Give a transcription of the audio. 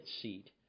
seat